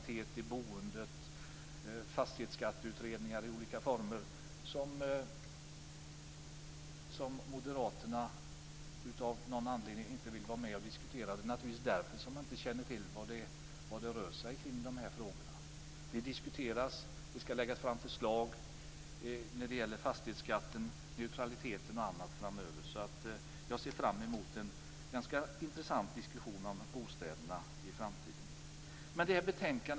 Det finns fastighetskatteutredningar i olika former. Moderaterna vill av någon anledning inte vara med och diskutera, och det är naturligtvis därför man inte känner till vad det rör sig om. Det diskuteras och det ska läggas fram förslag när det gäller fastighetsskatten, neutralitet i boendet och annat framöver. Jag ser fram emot en ganska intressant diskussion om bostäderna i framtiden.